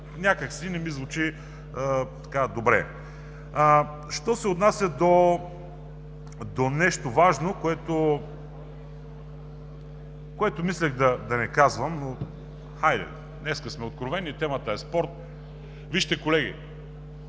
някак си не ми звучи добре. Що се отнася до нещо важно, което мислех да не казвам, но хайде, днес сме откровени и темата е спорт. Вижте, колеги,